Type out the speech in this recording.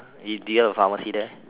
do do you have a pharmacy there